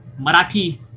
Marathi